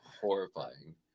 horrifying